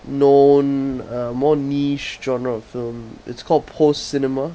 known uh more niche genre film it's called post cinema